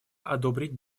одобрить